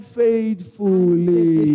faithfully